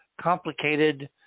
complicated